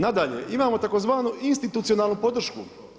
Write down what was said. Nadalje imamo tzv. institucionalnu podršku.